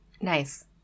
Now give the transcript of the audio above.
Nice